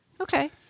Okay